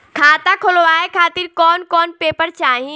खाता खुलवाए खातिर कौन कौन पेपर चाहीं?